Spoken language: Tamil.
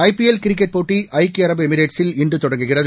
ஐ பி எல் கிரிக்கெட் போட்டி ஐக்கிய அரபு எமிரேட்டில் இன்று தொடங்குகிறது